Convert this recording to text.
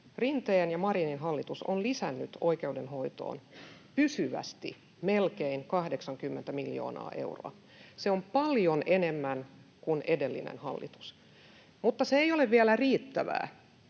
Rinteen ja Marinin hallitus on lisännyt oikeudenhoitoon pysyvästi melkein 80 miljoonaa euroa. Se on paljon enemmän kuin edellinen hallitus. Se ei ole vielä riittävää,